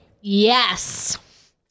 Yes